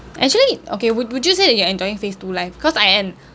actually okay would would you say that you're enjoying phase two life cause I am